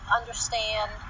understand